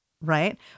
right